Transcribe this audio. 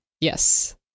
Yes